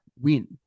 win